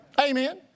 Amen